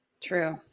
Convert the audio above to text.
True